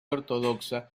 ortodoxa